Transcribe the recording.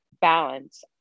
balance